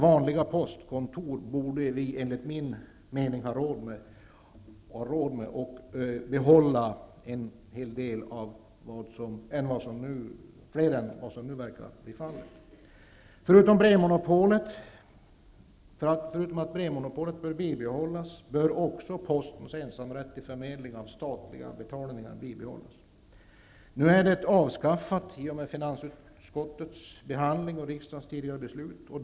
Vi borde ha råd med att behålla en hel del fler vanliga postkontor än vad som nu verkar bli fallet. Förutom att brevmonopolet bör bibehållas borde också postens ensamrätt till förmedling av statliga betalningar bibehållits. Nu är det avskaffat i och med finansutskottets behandling och riksdagens tidigare beslut.